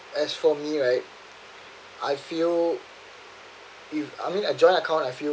as for me right I feel you I mean a joint account I feel